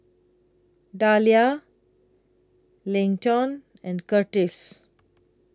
Dalia Leighton and Curtis